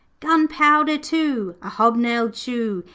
gunpowder too, a hob-nailed shoe,